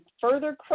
further